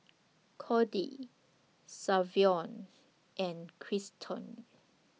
Codie Savion and Christel